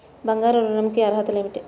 బంగారు ఋణం కి అర్హతలు ఏమిటీ?